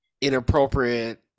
inappropriate